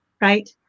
right